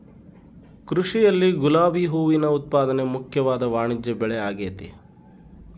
ಕೃಷಿಯಲ್ಲಿ ಗುಲಾಬಿ ಹೂವಿನ ಉತ್ಪಾದನೆ ಮುಖ್ಯವಾದ ವಾಣಿಜ್ಯಬೆಳೆಆಗೆತೆ